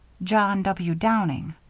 john w. downing,